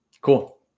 Cool